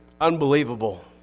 unbelievable